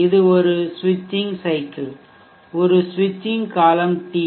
இது ஒரு ஸ்விட்சிங் சைக்கிள் ஒரு ஸ்விட்சிங் காலம் TS